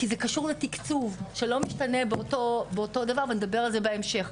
כי זה קשור לתקצוב שלא משתנה באותו דבר ואני אדבר על זה בהמשך.